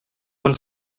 quan